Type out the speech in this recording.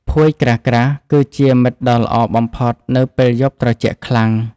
ភួយក្រាស់ៗគឺជាមិត្តដ៏ល្អបំផុតនៅពេលយប់ត្រជាក់ខ្លាំង។